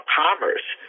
commerce